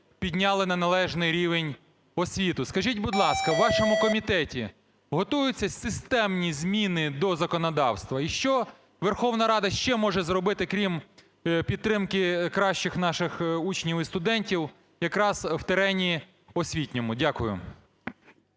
підняли на належний рівень освіту. Скажіть, будь ласка, у вашому комітеті готуються системні зміни до законодавства? І що Верховна Рада ще може зробити крім підтримки кращих наших учнів і студентів, якраз в терені освітньому? Дякую.